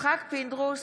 יצחק פינדרוס,